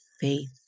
faith